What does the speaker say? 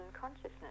consciousness